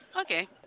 Okay